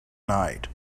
night